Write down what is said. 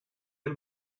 del